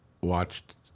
watched